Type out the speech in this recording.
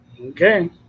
Okay